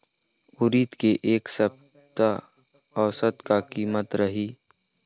उरीद के ए सप्ता औसत का कीमत रिही?